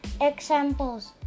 Examples